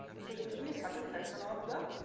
so it will be certain fraction of the